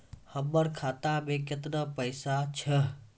हमर खाता मैं केतना पैसा छह?